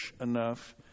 enough